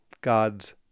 God's